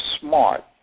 smart